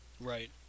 Right